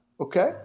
Okay